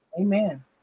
Amen